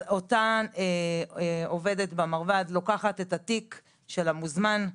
אז אותה עובדת במרב"ד לוקחת את התיק של המוזמן,